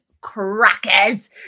crackers